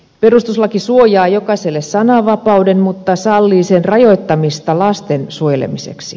perustuslaki suojaa jokaiselle sananvapauden mutta sallii sen rajoittamista lasten suojelemiseksi